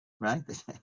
right